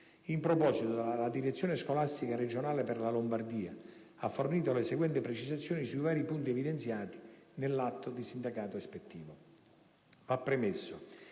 In proposito, la Direzione scolastica regionale per la Lombardia ha fornito le seguenti precisazioni sui vari punti evidenziati nell'atto di sindacato ispettivo.